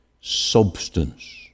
substance